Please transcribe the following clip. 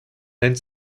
nennt